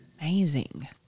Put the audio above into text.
Amazing